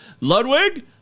Ludwig